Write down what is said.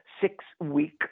six-week